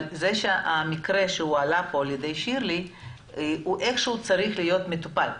אבל המקרה שהעלתה שירלי צריך להיות מטופל.